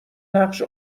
نقش